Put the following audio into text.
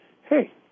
hey